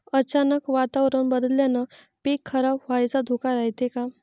अचानक वातावरण बदलल्यानं पीक खराब व्हाचा धोका रायते का?